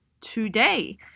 today